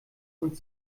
und